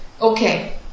Okay